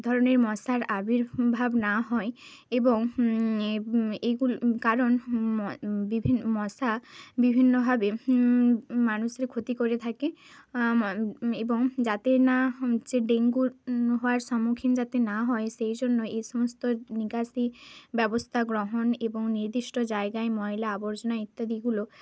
ধরনের মশার আবির্ভাব না হয় এবং এইগুলো কারণ ম বিভিন মশা বিভিন্নভাবে মানুষের ক্ষতি করে থাকে এবং যাতে না হচ্ছে ডেঙ্গুর হওয়ার সম্মুখীন যাতে না হয় সেই জন্য এই সমস্ত নিকাশি ব্যবস্থা গ্রহণ এবং নির্দিষ্ট জায়গায় ময়লা আবর্জনা ইত্যাদিগুলো